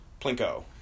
Plinko